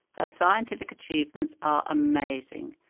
her scientific achievements are amazing,